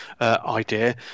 idea